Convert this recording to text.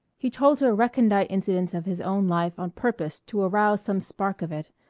he told her recondite incidents of his own life on purpose to arouse some spark of it,